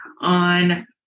on